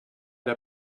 der